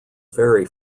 vary